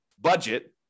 budget